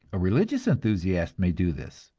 a religious enthusiast may do this,